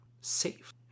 safe